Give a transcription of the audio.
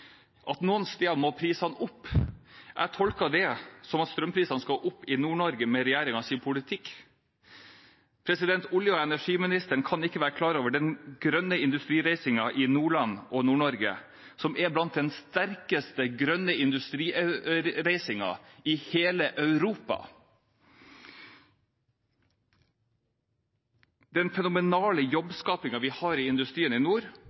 at prisene noen steder må opp. Jeg tolker det som at strømprisene – med regjeringens politikk – skal opp i Nord-Norge. Olje- og energiministeren kan ikke være klar over den grønne industrireisingen i Nordland og Nord-Norge for øvrig, som er blant de sterkeste grønne industrireisingene i hele Europa. Den fenomenale jobbskapingen vi har i industrien i nord,